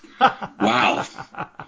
Wow